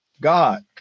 God